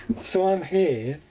so i'm here,